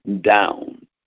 down